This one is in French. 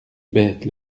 bêtes